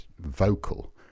vocal